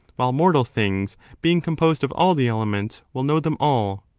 while mortal things, being composed of all the elements, will know them all.